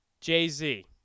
Jay-Z